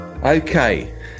Okay